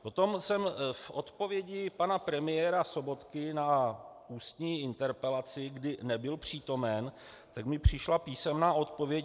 Potom jsem v odpovědi pana premiéra Sobotky na ústní interpelaci, kdy nebyl přítomen, tak mi přišla písemná odpověď.